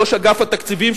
ראש אגף התקציבים,